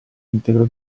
integro